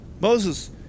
Moses